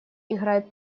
играет